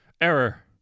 Error